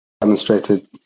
demonstrated